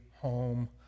Home